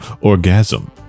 orgasm